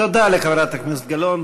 תודה לחברת הכנסת גלאון.